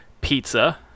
Pizza